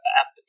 app